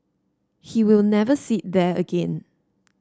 he will never sit there again